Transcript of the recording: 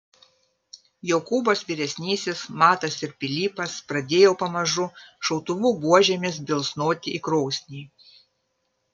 jokūbas vyresnysis matas ir pilypas pradėjo pamažu šautuvų buožėmis bilsnoti į krosnį